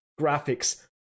graphics